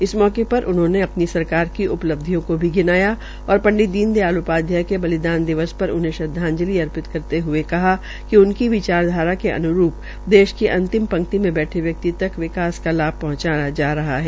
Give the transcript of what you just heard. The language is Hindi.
इस मौमे पर उन्होंने कहा कि अपनी सरकार की उपलब्धियों को भी गिनाया और पंडित दीन दयाल उपाध्याय के बलिदान दिवस पर उन्हें श्रद्वाजंलि अर्पित करते हये कहा कि उनकी विचार धारा के अन्रूप देश के अंतिम पंक्ति में बैठे व्यक्ति तक विकास का लाभ पहंचाया जा रहा है